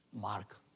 Mark